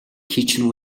kitchen